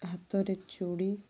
ହାତରେ ଚୁଡ଼ି